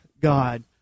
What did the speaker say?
God